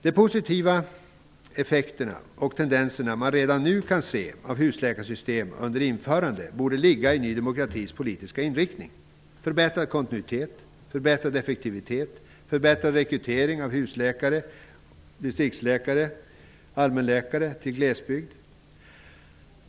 De positiva effekter och tendenser som redan nu kan ses under införandet av husläkarsystemet borde ligga i Ny demokratis politiska inriktning; förbättrad kontinuitet, förbättrad effektivitet, förbättrad rekrytering av husläkare, distriktsläkare och allmänläkare till glesbygden.